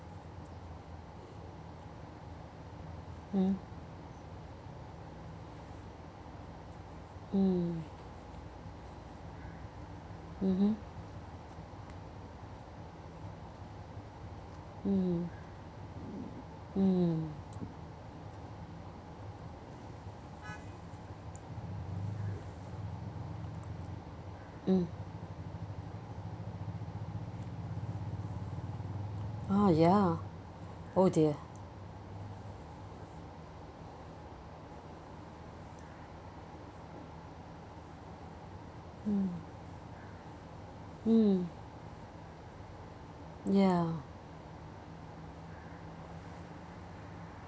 mm mm mmhmm mmhmm hmm mm ah ya oh dear mm mm ya